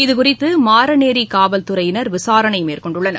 இதுகுறித்து மாரநேரி காவல்துறையினர் விசாரணை மேற்கொண்டுள்ளனர்